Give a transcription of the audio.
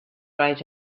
right